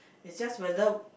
it's just whether